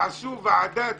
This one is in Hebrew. הם עשו ועדת